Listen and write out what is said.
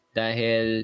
dahil